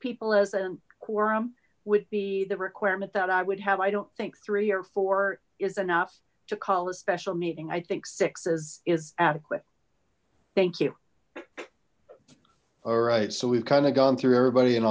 people as a quorum would be the requirement that i would have i don't think three or four is enough to call a special meeting i think six is adequate thank you all right so we've kind of gone through everybody and